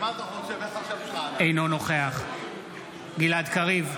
אינו נוכח גלעד קריב,